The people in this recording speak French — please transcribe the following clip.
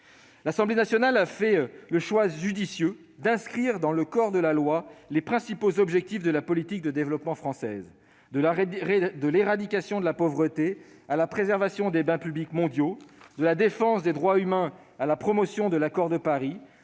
L'Assemblée nationale a fait le choix judicieux d'inscrire dans le corps de la loi les principaux objectifs de la politique de développement française. De l'éradication de la pauvreté à la préservation des biens publics mondiaux, de la défense des droits humains à la promotion de l'accord de Paris,